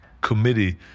Committee